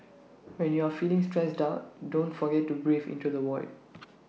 when you are feeling stressed duck don't forget to breathe into the void